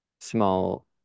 small